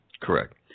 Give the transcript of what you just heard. Correct